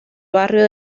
barrio